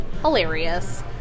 hilarious